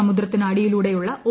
സമുദ്രത്തിന് അടിയിലൂടെയുള്ള ഒ